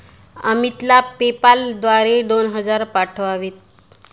अमितला पेपाल द्वारे दोन हजार पाठवावेत